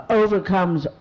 overcomes